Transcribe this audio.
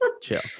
Chill